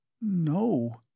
No